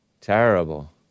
Terrible